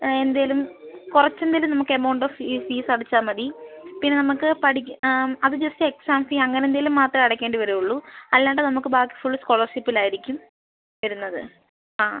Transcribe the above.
എന്തെങ്കിലും കുറച്ച് എന്തെങ്കിലും നമുക്ക് എമൗണ്ട് ഓഫ് ഫീസ് അടച്ചാൽ മതി പിന്നെ നമുക്ക് അത് ജസ്റ്റ് എക്സാം ഫീ അങ്ങനെ എന്തെങ്കിലും മാത്രമേ അടക്കേണ്ടി വരൂള്ളൂ അല്ലാണ്ട് നമുക്ക് ബാക്കി ഫുള്ള് സ്കോളർഷിപ്പിൽ ആയിരിക്കും വരുന്നത് ആ